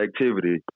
activity